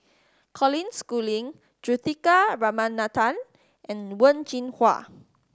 Colin Schooling Juthika Ramanathan and Wen Jinhua